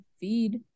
feed